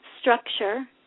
structure